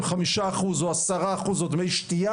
חמישה אחוז או עשרה אחוז או דמי שתיה.